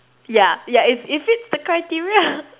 ya ya it it fits the criteria